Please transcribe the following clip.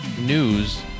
news